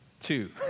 Two